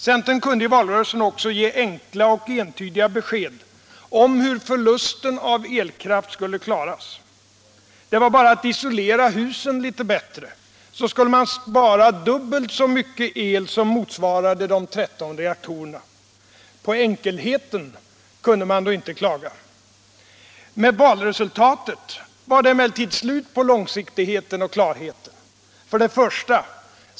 Centern kunde i valrörelsen också ge enkla och entydiga besked om hur förlusten av elkraft skulle klaras. Det var bara att isolera husen litet bättre, så skulle man spara dubbelt så mycket el som motsvarade de 13 reaktorerna. På enkelheten kunde man då inte klaga. Med valresultatet var det emellertid slut på långsiktigheten och klarheten: 1.